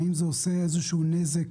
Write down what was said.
האם זה עושה איזשהו נזק